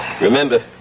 Remember